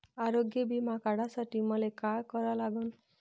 आरोग्य बिमा काढासाठी मले काय करा लागन?